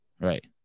right